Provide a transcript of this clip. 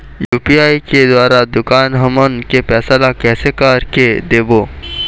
UPI के द्वारा दुकान हमन के पैसा ला कैसे कर के देबो?